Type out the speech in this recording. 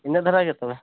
ᱤᱱᱟᱹᱜ ᱫᱷᱟᱨᱟ ᱜᱮ ᱛᱚᱵᱮ